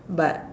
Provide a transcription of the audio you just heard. but